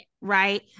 right